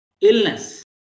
illness